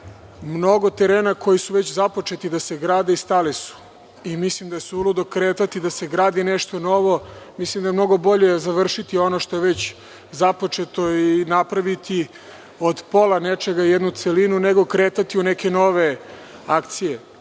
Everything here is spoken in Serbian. mnogo terena koji su već započeti da se grade i stali su. Mislim da je suludo kretati da se gradi nešto novo. Mislim da je mnogo bolje završiti ono što je već započeto i napraviti od pola nečega jednu celinu, nego kretati u neke nove akcije.